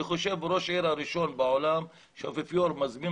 אני חושב שראש העיר הראשון בעולם שהאפיפיור מזמין